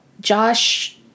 Josh